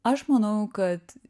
aš manau kad